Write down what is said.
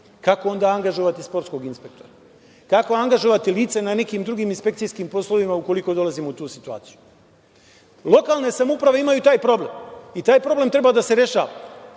Kako onda angažovati sportskog inspektora? Kako angažovati lice na nekim drugim inspekcijskim poslovima ukoliko dolazimo u tu situaciju? Lokalne samouprave imaju taj problem i taj problem treba da se rešava.